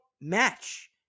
match